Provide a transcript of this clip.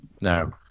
no